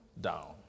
down